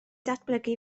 datblygu